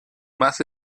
más